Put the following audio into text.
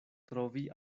trovi